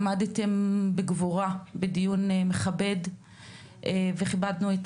עמדתם בגבורה בדיון מכבד וכיבדנו את